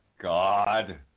God